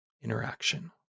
interaction